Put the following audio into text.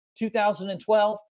2012